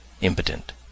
impotent